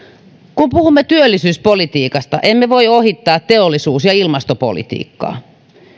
kun puhumme työllisyyspolitiikasta emme voi ohittaa teollisuus ja ilmastopolitiikkaa